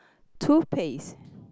toothpaste